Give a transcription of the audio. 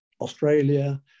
Australia